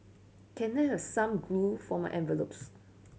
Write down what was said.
can I have some glue for my envelopes